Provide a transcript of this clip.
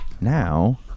Now